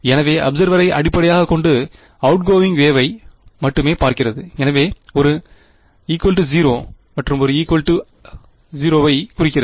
எனவே அபிசேர்வரை அடிப்படையாகக் கொண்டு அவுட்கோயிங் வேவை மட்டுமே பார்க்கிறது எனவே ஒரு 0 சரி ஒரு 0 ஐ குறிக்கிறது